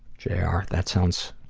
jr. ah that sounds,